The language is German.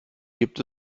gibt